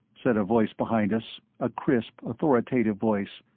said a voice behind us, a crisp authoritative voice.